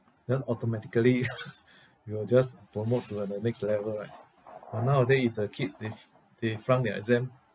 then automatically we will just promote to uh the next level right but nowaday if the kids they f~ they flunk their exam